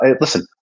listen